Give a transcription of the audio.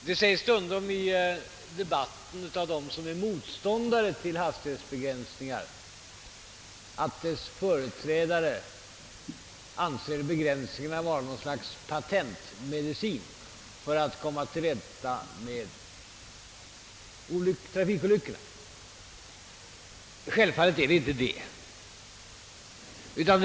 Herr talman! Av dem som är motståndare till hastighetsbegränsningar framhålls stundom att begränsningarnas företrädare anser dem vara något slags patentmedicin för att komma till rätta med trafikolyckorna. Självfallet förhåller det sig inte så.